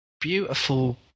beautiful